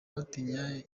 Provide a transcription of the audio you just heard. batinya